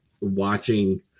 watching